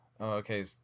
okay